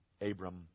Abram